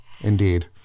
Indeed